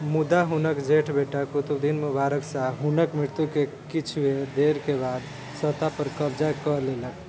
मुदा हुनक जेठ बेटा कुतुबुद्दीन मुबारक शाह हुनक मृत्युककऽकिछुए देरके बाद सत्ता पर कब्जा कऽ लेलक